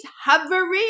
hovering